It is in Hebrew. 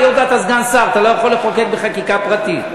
היות שאתה סגן שר אתה לא יכול לחוקק בחקיקה פרטית,